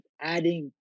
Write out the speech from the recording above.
adding